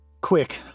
Quick